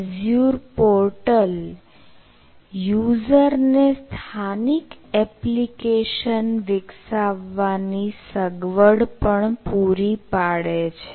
Azure portal યુઝરને સ્થાનિક application વિકસાવવાની સગવડ પણ પૂરી પાડે છે